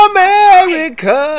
America